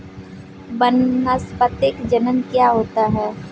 वानस्पतिक जनन क्या होता है?